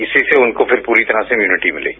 इसीसे उनको फिर पूरी तरह से इम्यूनिटी मिलेगी